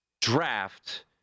draft